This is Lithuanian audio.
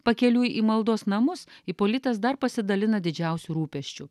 pakeliui į maldos namus ipolitas dar pasidalina didžiausiu rūpesčiu